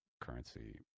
currency